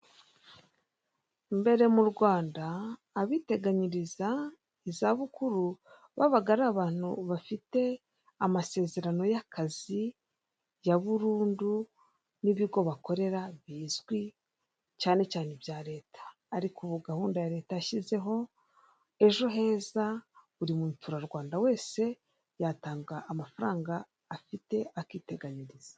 Mbere mu Rwanda abiteganyiriza izabukuru babaga ari abantu bafite amasezerano y'akazi ya burundu n'ibigo bakorera bizwi cyane cyane ibya leta, ariko ubu gahunda ya leta yashyizeho ejo heza buri muturarwanda wese yatanga amafaranga afite akiteganyiriza.